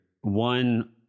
one